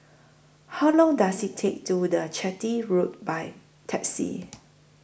How Long Does IT Take to The Chitty Road By Taxi